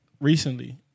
recently